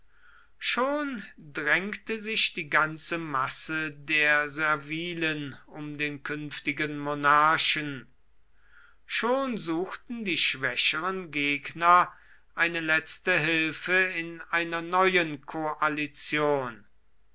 schon drängte sich die ganze masse der servilen um den künftigen monarchen schon suchten die schwächeren gegner eine letzte hilfe in einer neuen koalition